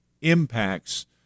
impacts